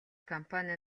компани